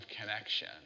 connection